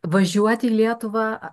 važiuoti į lietuvą